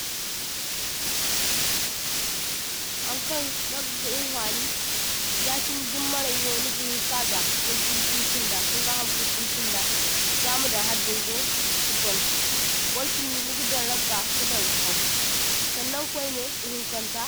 toh – toh haŋkaŋ ragga ga nifani yachine din marai wo niga hinka za kin kuru tusunda, kinga ham kul tusunda ga madaŋ har dungo ka tun, bor chindi niga daŋ ragga kadaŋ ka hau, saŋnaŋ kwaine ihinkaŋta,